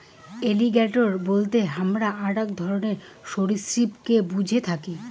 alligator বলতে হামরা আক ধরণের সরীসৃপকে বুঝে থাকি